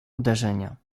uderzenia